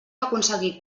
aconseguir